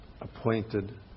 appointed